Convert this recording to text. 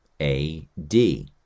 A-D